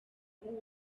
what